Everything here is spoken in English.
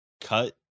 cut